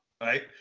Right